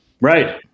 right